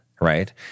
right